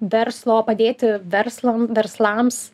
verslo padėti verslam verslams